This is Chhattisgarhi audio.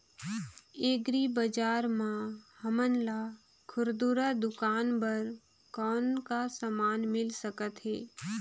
एग्री बजार म हमन ला खुरदुरा दुकान बर कौन का समान मिल सकत हे?